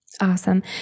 Awesome